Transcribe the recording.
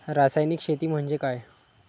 रासायनिक शेती म्हणजे काय?